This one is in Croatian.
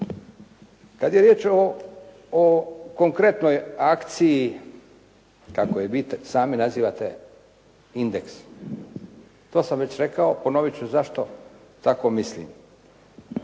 Kada je riječ o konkretnoj akciji ako je vi sami nazivate, „Indeks“. To sam već rekao, ponoviti ću zašto tako mislim.